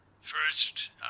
First